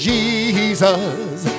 Jesus